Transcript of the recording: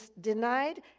denied